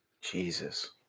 Jesus